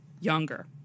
younger